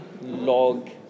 log